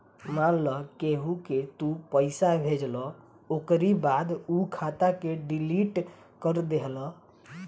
मान लअ केहू के तू पईसा भेजला ओकरी बाद उ खाता के डिलीट कर देहला